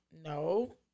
no